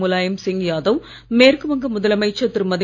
முலாயம் சிங் யாதவ் மேற்கு வங்க முதலமைச்சர் திருமதி